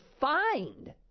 find